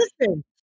Listen